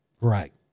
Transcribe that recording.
Right